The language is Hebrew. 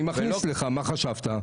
אני מכניס לך, מה חשבת?